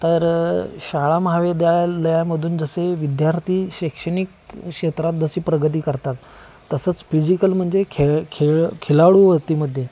तर शाळा महाविद्यालयामधून जसे विद्यार्थी शैक्षणिक क्षेत्रात जशी प्रगती करतात तसंच फिजिकल म्हणजे खेळ खेळ खिलाडूवृत्तीमध्ये